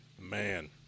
Man